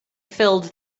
filled